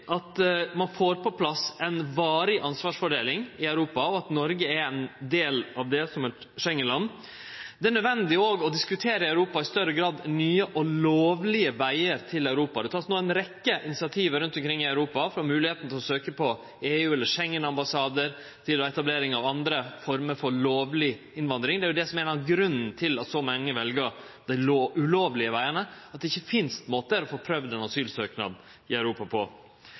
at ein får på plass ei varig ansvarsfordeling i Europa, og at Noreg som eit Schengen-land er ein del av det. Det er også nødvendig i større grad å diskutere i Europa nye og lovlege vegar til Europa. Det vert no teke ei rekkje initiativ rundt omkring i Europa for at det skal vere mogleg å søkje på EU- eller Schengen-ambassadar, etablering av andre former for lovleg innvandring. Ein av grunnane til at så mange vel dei ulovlege vegane, er at det ikkje finst måtar å få prøvd ein asylsøknad i Europa på.